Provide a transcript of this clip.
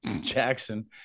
Jackson